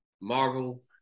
Marvel